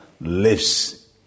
lives